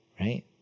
right